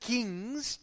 Kings